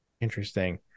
interesting